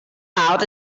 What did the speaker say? out